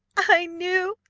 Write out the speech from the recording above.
i knew,